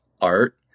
art